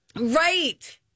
Right